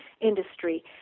industry